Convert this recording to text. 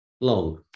long